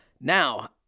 Now